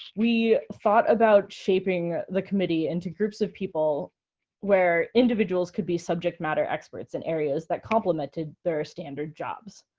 we thought about shaping the committee into groups of people where individuals could be subject matter experts in areas that complemented their standard jobs.